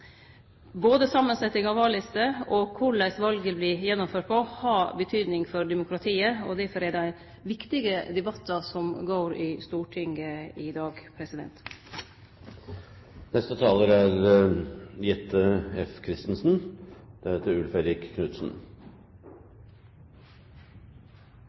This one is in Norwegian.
Både samansetjing av vallister og korleis valet vil verte gjennomført, har betyding for demokratiet, og difor er det viktige debattar som går i Stortinget i dag. Eg er for positiv veljardeltaking, og eg er